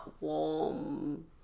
warm